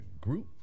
group